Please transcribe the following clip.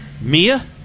Mia